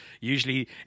usually